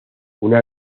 una